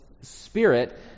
spirit